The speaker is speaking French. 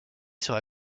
sera